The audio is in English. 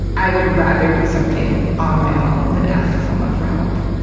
i would rather do something on my own than ask someone for help.